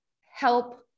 help